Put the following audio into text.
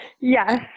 Yes